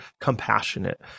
compassionate